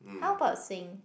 how bout sing